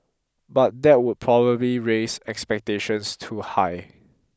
but that would probably raise expectations too high